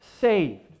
saved